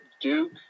Duke